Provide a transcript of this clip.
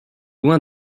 loin